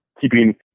keeping